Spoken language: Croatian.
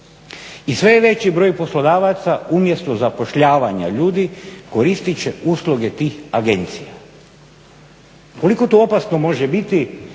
I sve je veći broj poslodavaca umjesto zapošljavanja ljudi koristit će usluge tih agencija. Koliko to opasno može biti,